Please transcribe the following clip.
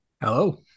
Hello